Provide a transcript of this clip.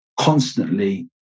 constantly